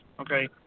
okay